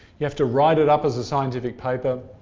you have to write it up as a scientific paper,